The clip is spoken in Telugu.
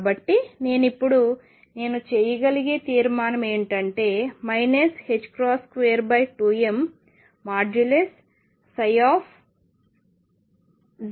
కాబట్టి నేను ఇప్పుడు నేను చేయగలిగే తీర్మానం ఏమిటంటే 22m0 0 V0ψ